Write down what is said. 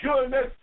goodness